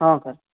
ହଁ ସାର୍